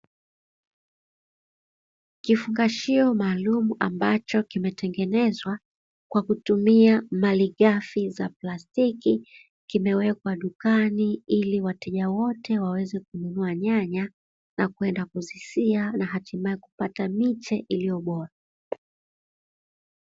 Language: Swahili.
Kifungashio maalumu ambacho kimetengenenzwa kwa kutumia malighafi za plastiki, kimewekwa dukani ili wateja wote waweze kununua nyanya na kwenda kuzisia na hatimaye kupata miche iliyo bora.